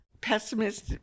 pessimist